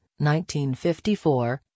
1954